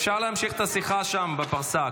אפשר להמשיך את השיחה שם בפרסה,